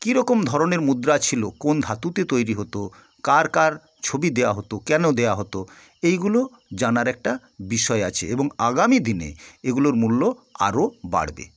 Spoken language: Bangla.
কী রকম ধরনের মুদ্রা ছিলো কোন ধাতুতে তৈরি হতো কার কার ছবি দেওয়া হতো কেন দেওয়া হতো এইগুলো জানার একটা বিষয় আছে এবং আগামীদিনে এগুলোর মূল্য আরও বাড়বে